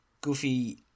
Goofy